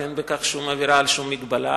אין בכך שום עבירה על שום מגבלה.